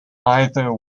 either